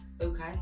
okay